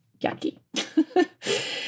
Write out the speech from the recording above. yucky